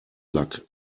luck